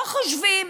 לא חושבים,